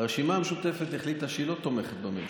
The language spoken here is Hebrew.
הרשימה המשותפת החליטה שהיא לא תומכת בממשלה,